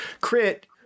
crit